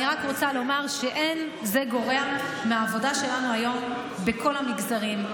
אני רק רוצה לומר שאין זה גורע מהעבודה שלנו היום בכל המגזרים,